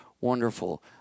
wonderful